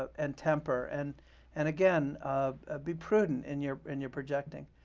ah and temper. and and again, um ah be prudent in your in your projecting.